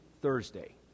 Thursday